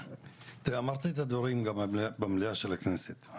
תראי אמרת את הדברים כבר גם במליאה של הכנסת.